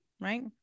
right